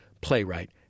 playwright